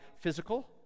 physical